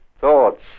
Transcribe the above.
thoughts